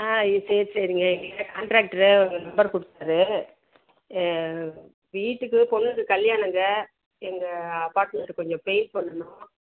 ஆ சரி சரிங்க எங்கள் கிட்டே காண்ட்ராக்ட்ரு உங்கள் நம்பர் கொடுத்தாரு வீட்டுக்கு பொண்ணுக்கு கல்யாணங்க எங்கள் அபார்ட்மெண்ட் கொஞ்சம் பெயிண்ட் பண்ணணும்